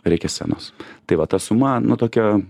reikia scenos tai va ta suma nu tokia